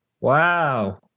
Wow